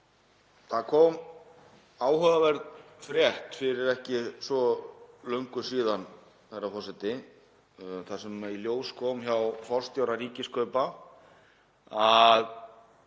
Það kom áhugaverð frétt fyrir ekki svo löngu síðan, herra forseti, þar sem í ljós kom hjá forstjóra Ríkiskaupa að